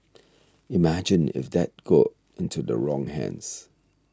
imagine if that got into the wrong hands